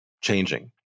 changing